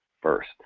first